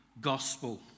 gospel